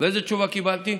איזו תשובה קיבלתי?